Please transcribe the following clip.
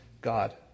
God